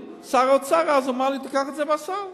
שר האוצר אז אמר לי: קח את זה מהסל.